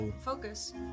focus